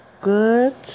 Good